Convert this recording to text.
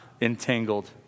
entangled